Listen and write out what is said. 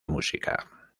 música